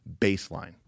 Baseline